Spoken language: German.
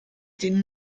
den